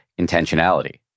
intentionality